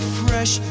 fresh